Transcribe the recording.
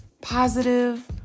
positive